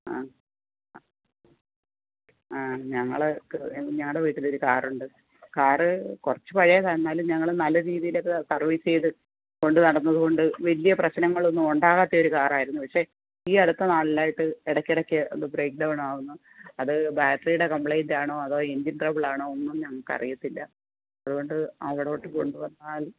ആ ആ ഞങ്ങൾക്ക് ഞങ്ങളുടെ വീട്ടിൽ ഒരു കാർ ഉണ്ട് കാറ് കുറച്ച് പഴയതാണ് എന്നാലും ഞങ്ങൾ നല്ല രീതിയിലൊക്കെ സർവ്വീസ് ചെയ്ത് കൊണ്ടുനടന്നത് കൊണ്ട് വലിയ പ്രശ്നങ്ങളൊന്നും ഉണ്ടാവാത്ത ഒരു കാർ ആയിരുന്നു പക്ഷേ ഈ അടുത്ത് നാളിലായിട്ട് ഇടയ്ക്കിടയ്ക്ക് ഒന്ന് ബ്രേക്ക്ഡൗൺ ആവുന്നു അത് ബാറ്ററിയുടെ കംപ്ലയിൻ്റ് ആണോ അതോ എഞ്ചിൻ ട്രബിൾ ആണോ ഒന്നും ഞങ്ങൾക്ക് അറിയത്തില്ല അതുകൊണ്ട് അവിടോട്ട് കൊണ്ടുവന്നാൽ